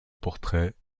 portrait